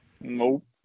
Nope